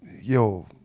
yo